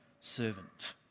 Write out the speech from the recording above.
servant